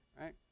right